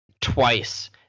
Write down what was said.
twice